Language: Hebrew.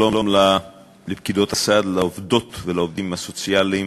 שלום לפקידות הסעד, לעובדות ולעובדים הסוציאליים